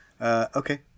okay